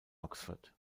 oxford